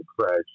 crash